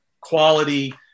quality